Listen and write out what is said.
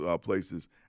places